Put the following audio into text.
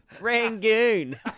Rangoon